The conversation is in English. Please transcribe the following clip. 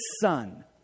Son